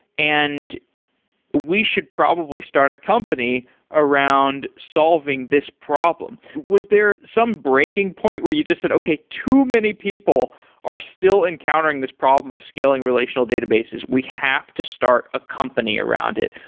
and we should probably start a company around solving this problem. was there some breaking point where you just said, okay, too many people are still encountering this problem of scaling relational databases. we have to start a company around it.